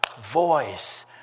voice